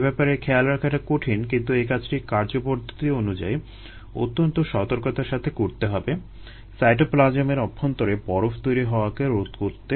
এ ব্যাপারে খেয়াল রাখাটা কঠিন কিন্তু এ কাজটি কার্যপদ্ধতি অনুযায়ী অত্যন্ত সতর্কতার সাথে করতে হবে সাইটোপ্লাজমের অভ্যন্তরে বরফ তৈরি হওয়াকে রোধ করতে